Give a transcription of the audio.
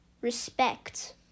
respect